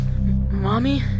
Mommy